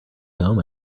home